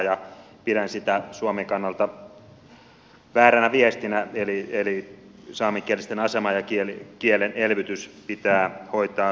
pidän sitä suomen kannalta vääränä viestinä eli saamenkielisten asema ja kielen elvytys pitää hoitaa hyvin